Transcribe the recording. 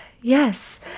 yes